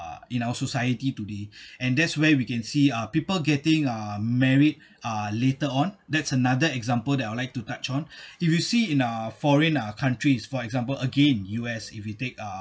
in our society today and that's where we can see uh people getting uh married uh later on that's another example that I'd like to touch on if you see in a foreign countries for example again U_S if you take uh